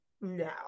no